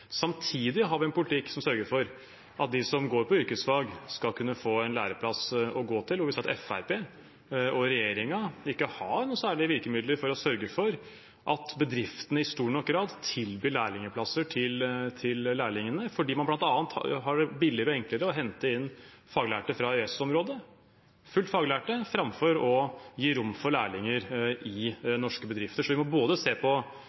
Samtidig har vi en politikk som sørger for at de som går på yrkesfag, skal kunne få en læreplass å gå til. Vi ser at Fremskrittspartiet og regjeringen ikke har noen særlige virkemidler for å sørge for at bedriftene i stor nok grad tilbyr lærlingplasser til lærlingene, fordi det bl.a. er billigere og enklere å hente inn faglærte fra EØS-området – fullt faglærte – framfor å gi rom for lærlinger i norske bedrifter. Vi må se på